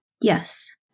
Yes